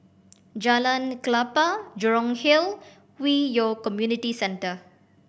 Jalan Klapa Jurong Hill Hwi Yoh Community Centre